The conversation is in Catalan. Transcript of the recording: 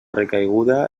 recaiguda